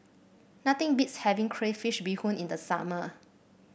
nothing beats having Crayfish Beehoon in the summer